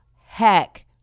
heck